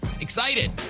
excited